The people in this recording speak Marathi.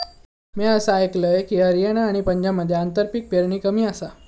म्या असा आयकलंय की, हरियाणा आणि पंजाबमध्ये आंतरपीक पेरणी कमी आसा